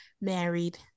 married